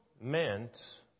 meant